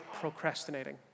procrastinating